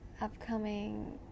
Upcoming